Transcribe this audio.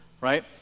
right